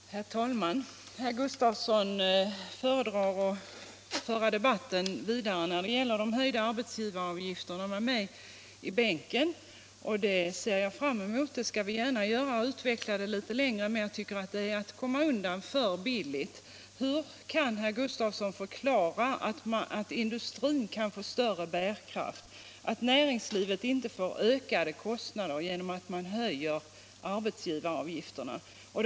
Herr talman! Herr Gustafsson i Ronneby föredrar att föra den fortsatta debatten om de höjda arbetsgivaravgifterna med mig i bänken. Det ser jag fram emot. Det skall jag gärna göra och utveckla ämnet litet längre. Men jag tycker ändå att han då kommer för billigt undan. Hur kan herr Gustafsson förklara att industrin kan få större bärkraft och att näringslivet inte får ökade kostnader genom att arbetsgivaravgifterna höjs?